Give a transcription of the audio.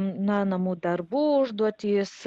namų darbų užduotys